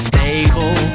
Stable